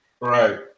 Right